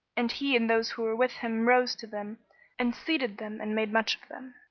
and he and those who were with him rose to them and seated them and made much of them,